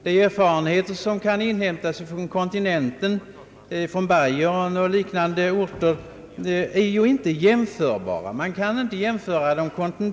De erfarenheter som kan inhämtas från kontinenten kan man inte överföra på svenska förhållanden.